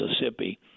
Mississippi